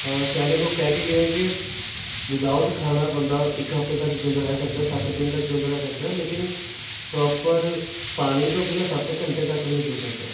ਸਿਆਣੇ ਲੋਕ ਕਹਿ ਕੇ ਗਏ ਆ ਕਿ ਵਿਦਆਊਟ ਖਾਣਾ ਬੰਦਾ ਇੱਕ ਹਫ਼ਤੇ ਤੱਕ ਜਿਊਂਦਾ ਰਹਿ ਸਕਦਾ ਸੱਤ ਦਿਨ ਤੱਕ ਜਿਊਂਦਾ ਰਹਿ ਸਕਦਾ ਲੇਕਿਨ ਪ੍ਰੋਪਰ ਪਾਣੀ ਤੋਂ ਬਿਨਾਂ ਸੱਤ ਘੰਟੇ ਤੱਕ ਵੀ ਨਹੀਂ ਜਿਉ ਸਕਦਾ